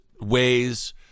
ways